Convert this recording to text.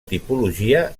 tipologia